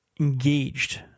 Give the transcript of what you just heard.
engaged